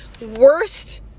worst